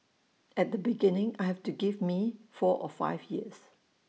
at the beginning I've to give me four or five years